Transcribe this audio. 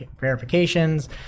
verifications